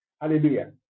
hallelujah